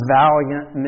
valiant